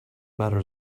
matters